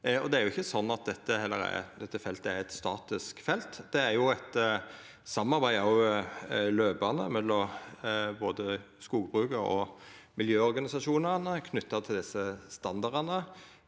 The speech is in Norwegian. heller ikkje sånn at dette feltet er statisk. Det er eit løpande samarbeid mellom både skogbruket og miljøorganisasjonane knytt til desse standardane.